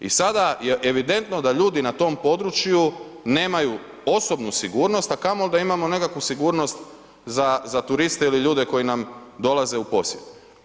I sada je evidentno da ljudi na tom području nemaju osobnu sigurnost a kamoli da imamo neku sigurnost za turiste ili ljude koji nam dolaze u posjet.